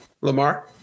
Lamar